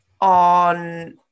on